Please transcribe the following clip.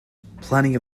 plenty